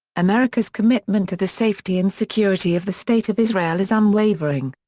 america's commitment to the safety and security of the state of israel is unwavering.